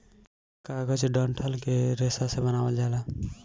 कागज डंठल के रेशा से बनावल जाला